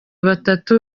batatu